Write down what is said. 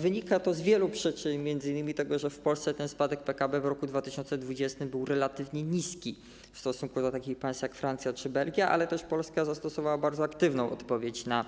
Wynika to z wielu przyczyn, m.in. tego, że w Polsce ten spadek PKB w roku 2020 był relatywnie niski w stosunku do takich państw jak Francja czy Belgia, ale też Polska zastosowała bardzo aktywną odpowiedź na